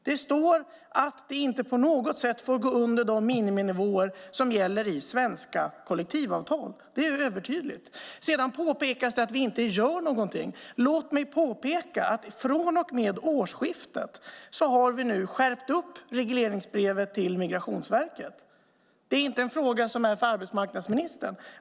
Det står att lönerna inte på något sätt får gå under de miniminivåer som gäller i svenska kollektivavtal. Det är övertydligt. Sedan påpekas det att vi inte gör någonting. Låt mig påpeka att vi vid årsskiftet skärpte regleringsbrevet till Migrationsverket. Det är inte en fråga för arbetsmarknadsministern.